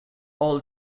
all